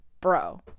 bro